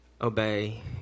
obey